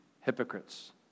hypocrites